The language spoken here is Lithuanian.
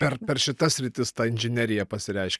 per per šitas sritis ta inžinerija pasireišk